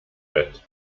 bett